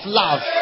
love